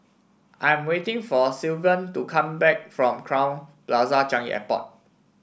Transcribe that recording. I am waiting for Sylvan to come back from Crowne Plaza Changi Airport